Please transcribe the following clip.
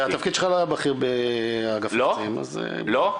והתפקיד שלך לא היה בכיר באגף מבצעים, אז -- לא?